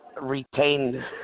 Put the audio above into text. retain